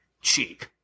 cheap